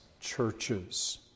churches